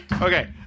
Okay